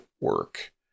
work